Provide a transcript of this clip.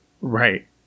Right